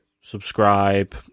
subscribe